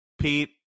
pete